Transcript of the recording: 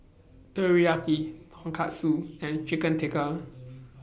Teriyaki Tonkatsu and Chicken Tikka